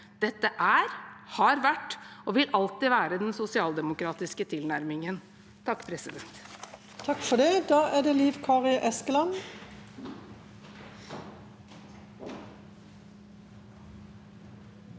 Dette er, har vært og vil alltid være den sosialdemokratiske tilnærmingen. Liv Kari